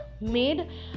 made